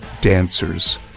dancers